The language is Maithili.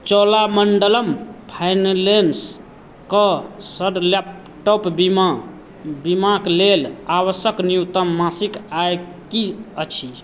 चोलामण्डलम फाइनेंसके सड लैपटॉप बीमा बीमाक लेल आवश्यक न्यूनतम मासिक आय की अछि